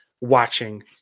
watching